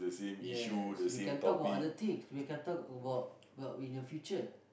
yes we can talk about other things we can talk about what we in the future